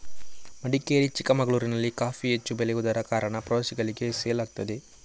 ಮಡಿಕೇರಿ, ಚಿಕ್ಕಮಗಳೂರಿನಲ್ಲಿ ಕಾಫಿ ಹೆಚ್ಚು ಬೆಳೆಯುದರ ಕಾರಣ ಪ್ರವಾಸಿಗಳಿಗೆ ಸೇಲ್ ಆಗ್ತದೆ